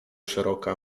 szeroka